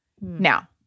Now